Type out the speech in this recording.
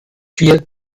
vier